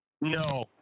No